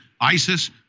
ISIS